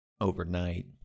overnight